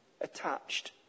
attached